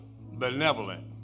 benevolent